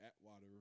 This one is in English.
Atwater